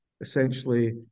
essentially